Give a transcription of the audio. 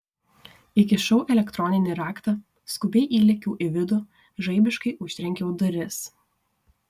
įkišau elektroninį raktą skubiai įlėkiau į vidų žaibiškai užtrenkiau duris